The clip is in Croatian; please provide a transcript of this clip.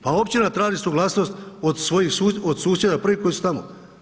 Pa općina traži suglasnost od svojih susjeda, od susjeda prvi koji su tamo.